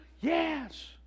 Yes